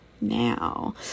now